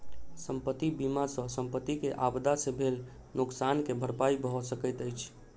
संपत्ति बीमा सॅ संपत्ति के आपदा से भेल नोकसान के भरपाई भअ सकैत अछि